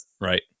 Right